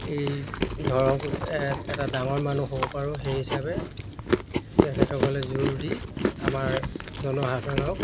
এই ধৰক এটা ডাঙৰ মানুহ হ'ব পাৰোঁ সেই হিচাপে তেখেতসকলে জোৰ দি আমাৰ জনসাধাৰণক